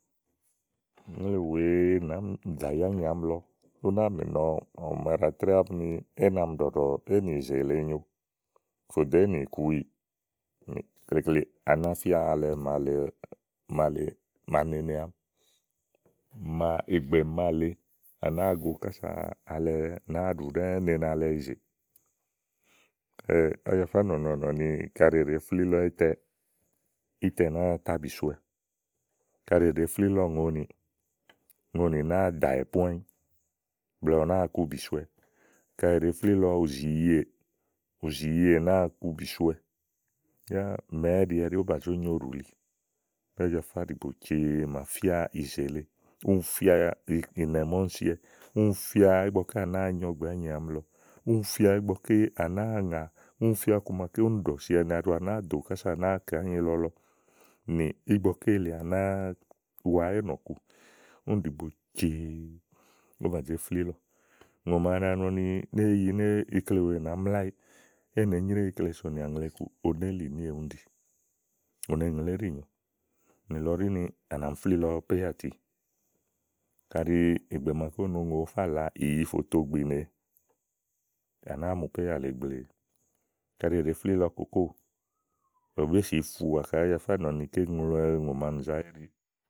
ùŋle wèe ́nami zàyi ányì àámi lɔ ú nàa mìnɔ ɔ̀mì màa ɖàa trɛ́ɛ̀ ámi ni é nàmi ɖɔ̀ɖɔ éè nì zè lèe nyo fò dò éènìkuyìì. klekle, á ná fía alɛ màa lèe, màa nene àámi màa ìgbè màa lèe à nàáa go kása alɛ nàáaɖù ɖɛ́ɛ́ kása nene ìzè Ájafá nɔ̀nɔ nɔ̀ɔ ni kaɖi è ɖe flílɔ ítɛ nàáa ata bìsowɛ. kaɖi èɖe flílɔ ùŋonìì úŋonì nàáa dàwɛ̀ po ányi blɛ̀ɛ ù nàáa ku bìsowɛ kaɖi è ɖe flílɔ ù zìyiè, ùzìyiè nàáa ku bìsowɛ yá mɛ̀ɛ́ ɛ́ɖi ówó bà zó nyo ùɖù li Ájafá ɖìigbo cee màa fía ìzè lèe. úni fía ìnɛ̀ màa úni siɔwɛ úni fía ígbɔké à nàáa nyo ɔ̀gbè ányi àámi lɔ úni fía ígbɔké ŋà, úni fía ígbɔké à nàáaŋà úni fía ígbɔké úni ɖɔ̀siɔwɛ ni aɖu à nàáa dò kása kása à nàáa kɛ ányi lɔ lɔ nì ígbɔké lèe à nàáa wa éènɔ̀ ku únì ɖìigbo cee ówó bà zé flílɔ. úŋò ma nɔ ni éyi ikle wèe nàá mlaeyi é nèé nyréwu ikle sònìà ùŋle kuù onélìníè úni ɖi. ù ne ŋlè íɖì nyo nìlɔ ɖíni à nà mi flílɔ péyàti, kàɖi ìgbè màaké èé fa làa ìyì i fò to gbìnè à nàáa mù péyà le gblee kaɖi è ɖèe flílɔ kòkóò è béèsi fu ùwà kaɖi Ájafá nɔ̀ɔ ni ké ŋlɔwɛ ùŋò màa nì zaéè ɖi.